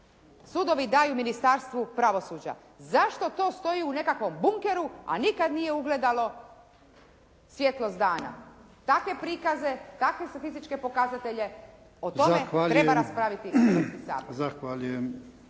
sudovi daju Ministarstvu pravosuđa. Zašto to stoji u nekakvom bunkeru, a nikad nije ugledalo svjetlost dana? Takve prikaze, takve statističke pokazatelje, o tome treba raspraviti Hrvatski sabor.